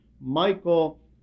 Michael